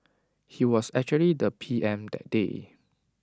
he was actually the P M that day